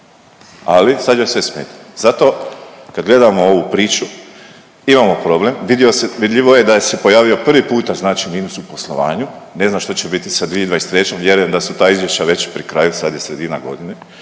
Ali sad joj sve smeta. Zato kad gledamo ovu priču imamo problem, vidljivo je da se pojavio prvi puta znači minus u poslovanju. Ne znam što će biti sa 2023. Vjerujem da su ta izvješća već pri kraju, sad je sredina godine.